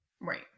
Right